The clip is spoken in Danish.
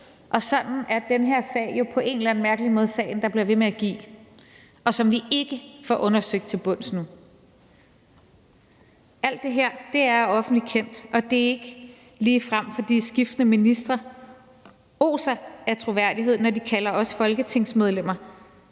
Sådan er den her sag jo på en eller anden mærkelig måde sagen, der bliver ved med at give, og som vi ikke får undersøgt til bunds nu. Alt det her er offentligt kendt, og det er ikke ligefrem, fordi skiftende ministre oser af troværdighed, når de kalder os folketingsmedlemmer